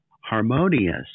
harmonious